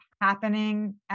happening